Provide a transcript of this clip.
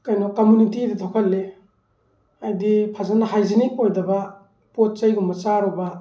ꯀꯩꯅꯣ ꯀꯃꯨꯅꯤꯇꯤꯗ ꯊꯣꯛꯍꯜꯂꯤ ꯍꯥꯏꯗꯤ ꯐꯖꯅ ꯍꯥꯏꯖꯦꯅꯤꯛ ꯑꯣꯏꯗꯕ ꯄꯣꯠ ꯆꯩ ꯒꯨꯝꯕ ꯆꯥꯔꯨꯕ